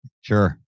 Sure